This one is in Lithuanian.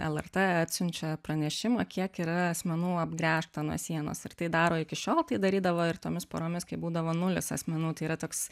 lrt atsiunčia pranešimą kiek yra asmenų apgręžta nuo sienos ir tai daro iki šiol tai darydavo ir tomis paromis kai būdavo nulis asmenų tai yra toks